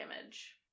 image